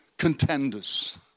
contenders